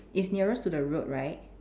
it's nearest to the road right